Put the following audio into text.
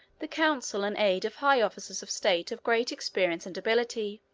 the counsel and aid of high officers of state of great experience and ability.